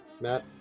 Matt